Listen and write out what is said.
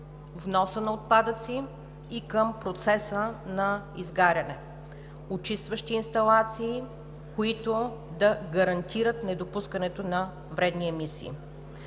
вноса на отпадъци и към процеса на изгаряне, очистващи инсталации, които да гарантират недопускането на вредни емисии.